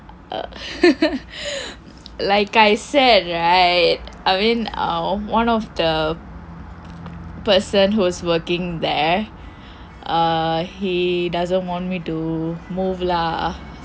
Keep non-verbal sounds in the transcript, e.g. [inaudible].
[laughs] like I said right I mean one of the person who is working there err he doesn't want me to move lah so